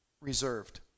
reserved